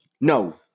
No